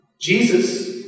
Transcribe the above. Jesus